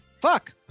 Fuck